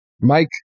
Mike